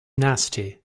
nasty